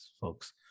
folks